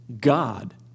God